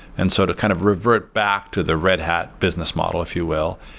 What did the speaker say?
and so to kind of revert back to the red hat business model, if you will.